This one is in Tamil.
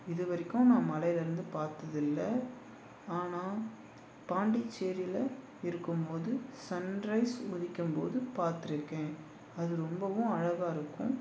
இது வரைக்கும் நான் மலையிலேருந்து பார்த்தது இல்லை ஆனால் பாண்டிச்சேரியில இருக்கும் போது சன்ரைஸ் உதிக்கம் போது பார்த்துருக்கேன் அது ரொம்பவும் அழகா இருக்கும்